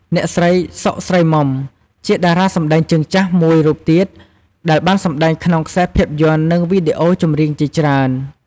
អ្នកស្រី សុខ ស្រីមុំ ជាតារាសម្តែងជើងចាស់មួយរូបទៀត ដែលបានសម្ដែងក្នុងខ្សែភាពយន្ត និងវីដេអូចម្រៀងជាច្រើន។